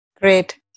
Great